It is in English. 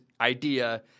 idea –